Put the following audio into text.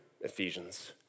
Ephesians